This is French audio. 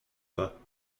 pas